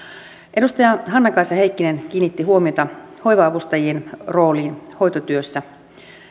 edustaja hannakaisa heikkinen kiinnitti huomiota hoiva avustajien rooliin hoitotyössä